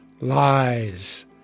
lies